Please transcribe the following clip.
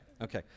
Okay